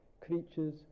creatures